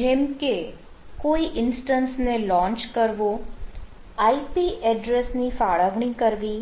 જેમકે કોઈ ઇન્સ્ટન્સ ને લોન્ચ કરવો IP એડ્રેસ ની ફાળવણી કરવી